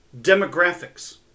demographics